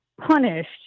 punished